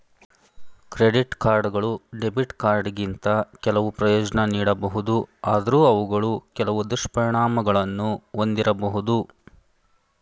credit ಕಾರ್ಡ್ಗಳು debit ಕಾರ್ಡ್ಗಿಂತ ಕೆಲವು ಪ್ರಯೋಜ್ನ ನೀಡಬಹುದು ಆದ್ರೂ ಅವುಗಳು ಕೆಲವು ದುಷ್ಪರಿಣಾಮಗಳನ್ನು ಒಂದಿರಬಹುದು